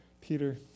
Peter